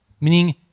meaning